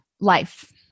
life